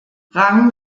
rang